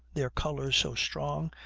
their colors so strong,